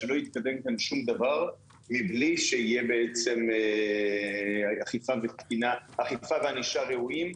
שלא יתקדם כאן שום דבר מבלי שיהיה בעצם אכיפה וענישה ראויים.